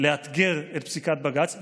לאתגר את פסיקת בג"ץ.